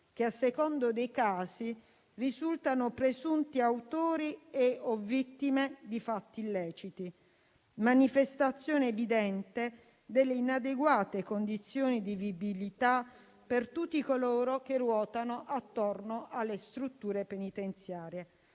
che, a seconda dei casi, risultano presunti autori o vittime di fatti illeciti. Ciò è manifestazione evidente delle inadeguate condizioni di vivibilità per tutti coloro che ruotano attorno alle strutture penitenziarie.